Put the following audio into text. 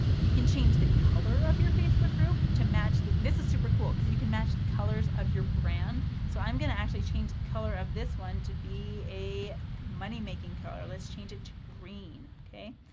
you can change the color of your facebook group which a match. this is super cool because you can match the colors of your brand. so, i'm going to actually change the color of this one to be a money-making color. let's change it to green, okay?